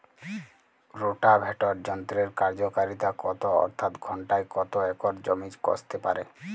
Rotavator যন্ত্রের কার্যকারিতা কত অর্থাৎ ঘণ্টায় কত একর জমি কষতে পারে?